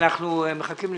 אנחנו מחכים לתשובות.